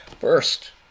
First